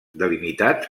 delimitats